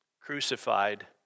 crucified